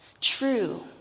true